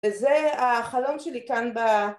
וזה החלום שלי כאן ב